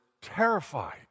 terrified